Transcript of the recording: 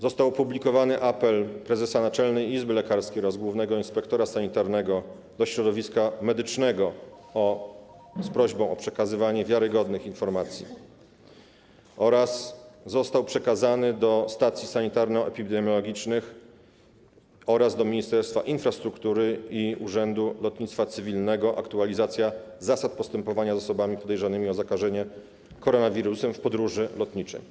Został opublikowany apel prezesa Naczelnej Izby Lekarskiej oraz głównego inspektora sanitarnego do środowiska medycznego z prośbą o przekazywanie wiarygodnych informacji oraz została przekazana do stacji sanitarno-epidemiologicznych oraz do Ministerstwa Infrastruktury i Urzędu Lotnictwa Cywilnego aktualizacja zasad postępowania z osobami podejrzanymi o zakażenie koronawirusem w podróży lotniczej.